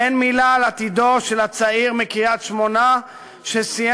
אין מילה על עתידו של הצעיר מקריית-שמונה שסיים